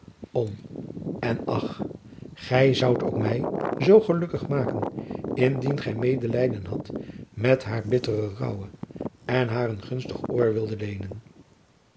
om en ach gy zoudt ook my zoo gelukkig maken indien gy medelijden hadt met haar bittere rouwe en haar een gunstig oor wildet leenen